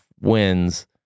wins